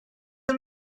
bydd